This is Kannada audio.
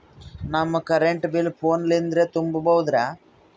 ನಮ್ ಕರೆಂಟ್ ಬಿಲ್ ಫೋನ ಲಿಂದೇ ತುಂಬೌದ್ರಾ?